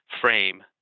frame